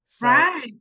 Right